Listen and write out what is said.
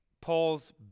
Paul's